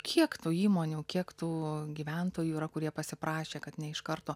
kiek tų įmonių kiek tų gyventojų yra kurie pasiprašė kad ne iš karto